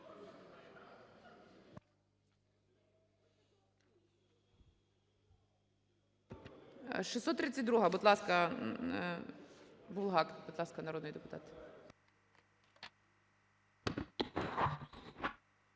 633-а, будь ласка, Буглак, будь ласка, народний депутат.